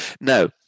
Now